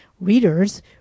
readers